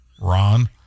Ron